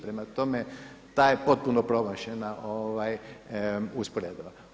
Prema tome, ta je potpuno promašena usporedba.